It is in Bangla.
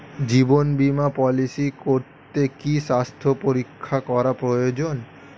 জীবন বীমা পলিসি করতে কি স্বাস্থ্য পরীক্ষা করা প্রয়োজন?